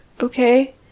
okay